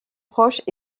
proches